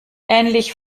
ähnlich